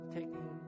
taking